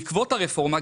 בעקבות הרפורמה,